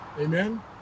Amen